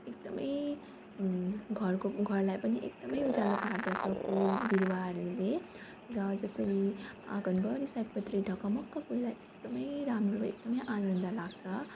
एकदम घरको घरलाई पनि एकदम उज्यालो पार्दछ फुल विरुवाहरूले र जसरी आँगनभरि सयपत्री ढकमक्क फुल्दा एकदम राम्रो एकदम आनन्द लाग्छ